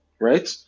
right